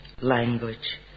language